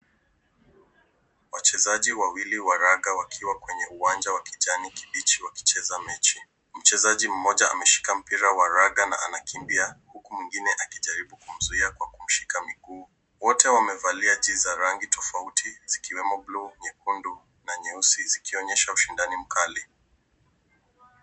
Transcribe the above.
Wachezaji wawili wa raga wakiwa kwenye uwanja wa kijani kibichi wakicheza mechi. Mchezaji mmoja ameshika mpira wa raga na anakimbia huku mwingine akijaribu kumzuia kwa kumshika miguu. Wote wamevalia jezi za rangi tofauti zikiwemo buluu nyekundu na nyeusi zikionyesha ushindani mkali.